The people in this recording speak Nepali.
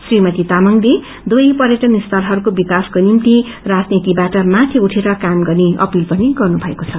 श्रीमती तामंगले दुवै पर्यटन स्थतहरूको विकासको निम्ति राजनीतिबाट माथि उठेर क्रम गर्ने अपील पनि गर्नुमएको छ